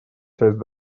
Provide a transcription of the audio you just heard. часть